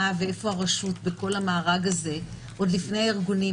ואיפה הרשות בכל המארג הזה עוד לפני הארגונים.